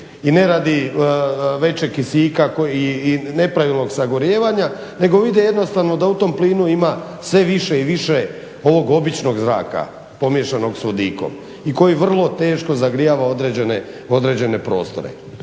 i ne radi većeg kisika i nepravilnog sagorijevanja nego vide jednostavno da u tom plinu ima sve više i više ovog običnog zraka pomiješanog sa vodikom i koji vrlo teško zagrijava određene prostore.